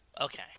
Okay